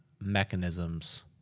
mechanisms